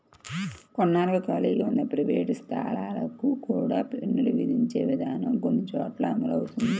కొన్నాళ్లుగా ఖాళీగా ఉన్న ప్రైవేట్ స్థలాలకు కూడా పన్నులు విధించే విధానం కొన్ని చోట్ల అమలవుతోంది